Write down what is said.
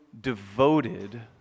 devoted